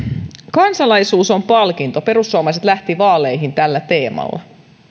kansalaisuus on palkinto perussuomalaiset lähti vaaleihin tällä teemalla